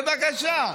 בבקשה.